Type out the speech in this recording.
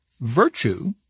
virtue